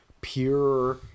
pure